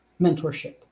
mentorship